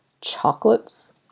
chocolates